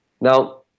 Now